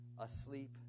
Asleep